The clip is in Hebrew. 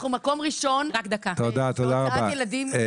אנחנו מקום ראשון בהוצאת ילדים.